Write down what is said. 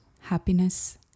happiness